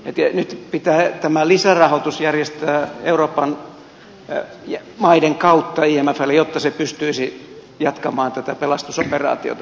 nyt pitää tämä lisärahoitus järjestää euroopan maiden kautta imflle jotta se pystyisi jatkamaan tätä pelastusoperaatiota